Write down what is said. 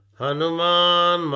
Hanuman